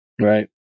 Right